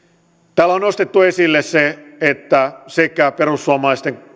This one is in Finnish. täällä on nostettu esille se että perussuomalaisten